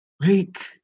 Wake